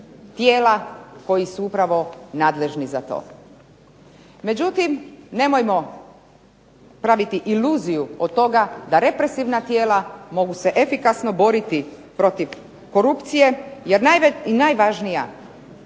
tijela koji su upravo nadležni za to. Međutim nemojmo praviti iluziju od toga da represivna tijela mogu se efikasno boriti protiv korupcije, jer i najvažnija